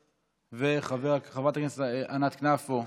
(מענק חד-פעמי חלף הגדלת קצבאות הנכות לשנת 2020)